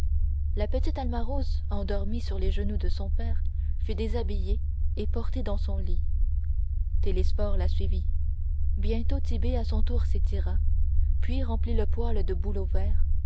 la petite alma rose endormie sur les genoux de son père fut déshabillée et portée dans son lit télesphore la suivit bientôt tit'bé à son tour s'étira puis remplit le poêle de bouleau vert